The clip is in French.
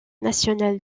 national